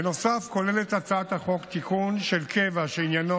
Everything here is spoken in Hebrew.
בנוסף כוללת הצעת החוק תיקון של קבע שעניינו